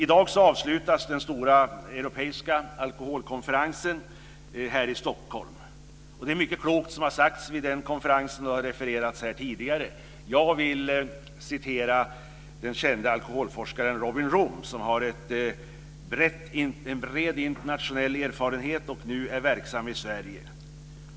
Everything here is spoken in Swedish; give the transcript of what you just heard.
I dag avslutas den stora europeiska alkoholkonferensen här i Stockholm. Det är mycket klokt som har sagts vid den konferensen. Det har refererats här tidigare. Jag vill nämna den kända alkoholforskaren Robin Room som har en bred internationell erfarenhet och nu är verksam i Sverige.